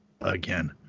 again